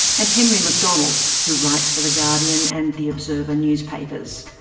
and henry mcdonald who writes for the guardian and the observer newspapers.